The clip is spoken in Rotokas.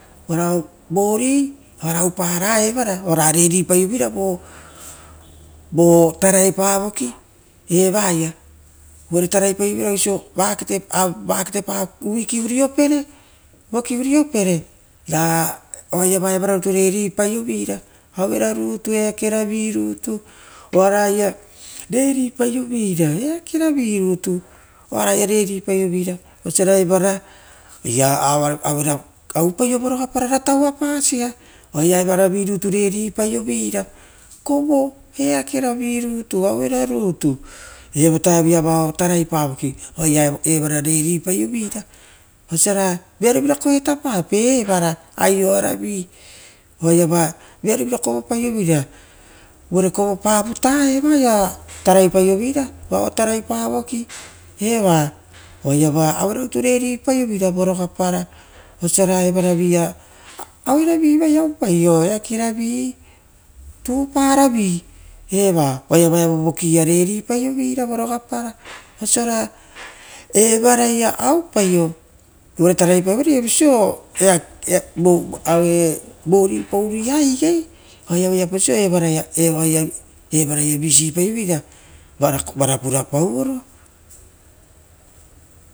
Varao vori oara vatatopopaiovera evoa takai pavoki evaia, uvare tarai paioveira oisi vaketepa voki uriopere ra oaiava eva ravi rutu vatatopo paiovera auero rutu eakere ruto oisiora ora tauva paio ra evaravi rutu vatatopoparo, kovo eakera vi rutu evovataia vao tarai pavoki ia evara ratatopopaioveira oisira vearo vira koetapape evara aioara vi oaiaa vearopie vira kuvo paroveira vaoia taraipa voki, oaiava oaravu rutu vatatopo paio veira oravu rutu. Ra vara vila eakevavi oupaio aurovi tuparai eva oaia evo vokia vatatopopaioveira vorogapara oisora, evara oupaio uvare taraipau oisio vori pa uruia egei, veapaso evaraia rigorugo paioveira vara vara paoro.